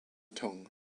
tongue